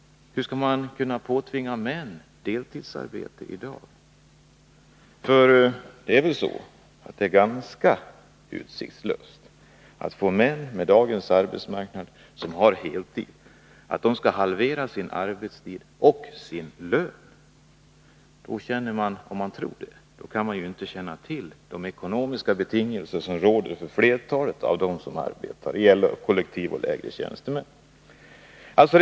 Hur skall man kunna påtvinga män deltidsarbete i dag? För det är väl ganska utsiktslöst att med dagens arbetsmarknad få män som arbetar heltid att halvera sin arbetstid och sin lön. Om man tror att detta är möjligt, så känner man inte till de ekonomiska betingelser som råder för flertalet av dem som arbetar inom LO-kollektivet och för de lägre tjänstemännen.